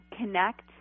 connect